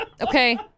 Okay